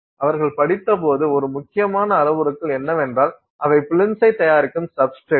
அவர்கள் படித்தபோது ஒரு முக்கியமான அளவுருக்கள் என்னவென்றால் அவை பிலிம்சை தயாரிக்கும் சப்ஸ்டிரேட்